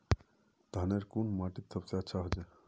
धानेर कुन माटित सबसे अच्छा होचे?